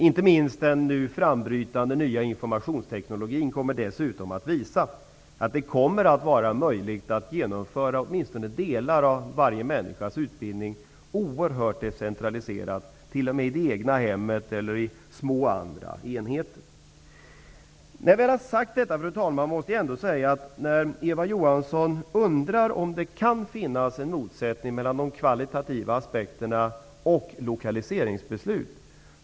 Inte minst den nu frambrytande nya informationsteknologin kommer att visa att det kommer att var möjligt att genomföra åtminstone delar av varje människas utbildning på ett oerhört decentraliserat sätt, t.o.m. i det egna hemmet eller i andra små enheter. Fru talman! Eva Johansson undrar om det kan finnas en motsättning mellan de kvalitativa aspekterna och lokaliseringsbeslut.